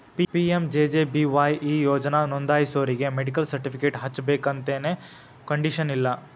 PMJJBY ಈ ಯೋಜನಾ ನೋಂದಾಸೋರಿಗಿ ಮೆಡಿಕಲ್ ಸರ್ಟಿಫಿಕೇಟ್ ಹಚ್ಚಬೇಕಂತೆನ್ ಕಂಡೇಶನ್ ಇಲ್ಲ